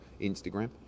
Instagram